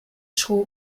school